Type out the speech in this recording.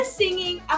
singing